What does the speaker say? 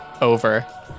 over